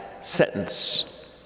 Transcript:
sentence